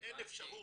אין לי אפשרות,